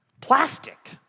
Plastic